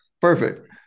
perfect